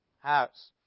House